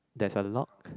there's a lock